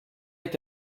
est